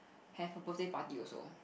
have a birthday party also